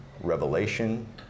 Revelation